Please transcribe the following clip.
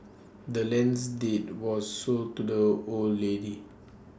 the land's deed was sold to the old lady